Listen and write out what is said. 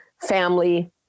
family